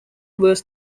was